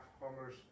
Homer's